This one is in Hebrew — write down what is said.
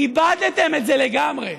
איבדתם את זה לגמרי.